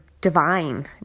divine